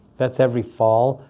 that's every fall.